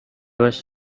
was